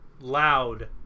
Loud